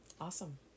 awesome